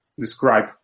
describe